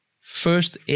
first